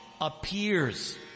appears